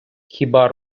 хіба